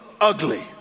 ugly